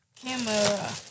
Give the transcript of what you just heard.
Camera